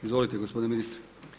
Izvolite gospodine ministre.